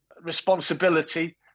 responsibility